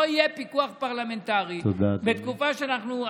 לא יהיה פיקוח פרלמנטרי בתקופה שאנחנו,